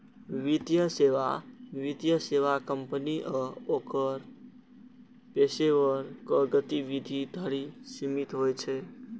वित्तीय सेवा वित्तीय सेवा कंपनी आ ओकर पेशेवरक गतिविधि धरि सीमित होइ छै